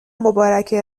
مبارکه